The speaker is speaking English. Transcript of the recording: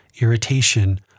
irritation